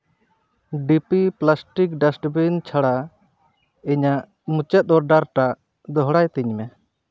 ᱰᱤᱯᱤ plastic dustbin ᱪᱷᱟᱲᱟ ᱤᱧᱟᱹᱜ ᱢᱩᱪᱟᱹᱫ ᱚᱰᱟᱨ ᱴᱟᱜ ᱫᱚᱦᱲᱟᱭ ᱛᱤᱧ ᱢᱮ